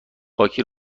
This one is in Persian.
پاکی